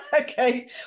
okay